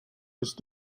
ist